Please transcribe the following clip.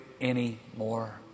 anymore